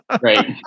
Right